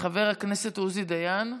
חבר הכנסת עוזי דיין,